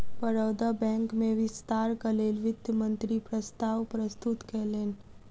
Baroda bank में विस्तारक लेल वित्त मंत्री प्रस्ताव प्रस्तुत कयलैन